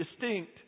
distinct